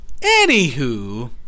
Anywho